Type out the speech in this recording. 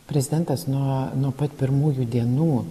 prezidentas nuo nuo pat pirmųjų dienų